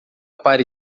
pare